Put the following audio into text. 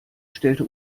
stellte